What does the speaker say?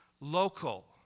local